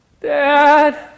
Dad